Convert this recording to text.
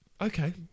okay